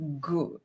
good